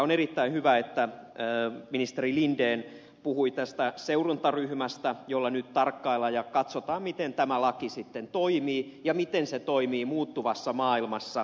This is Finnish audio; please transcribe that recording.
on erittäin hyvä että ministeri linden puhui tästä seurantaryhmästä jolla nyt tarkkaillaan ja katsotaan miten tämä laki sitten toimii ja miten se toimii muuttuvassa maailmassa